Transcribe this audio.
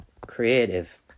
creative